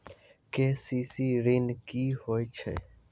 KCC ॠन की होय छै?